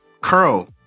curl